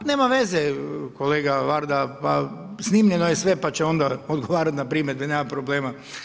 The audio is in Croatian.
Nema veze kolega Varda, pa snimljeno je sve pa će onda odgovarati na primjedbe nema problema.